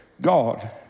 God